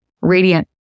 radiant